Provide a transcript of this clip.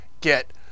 get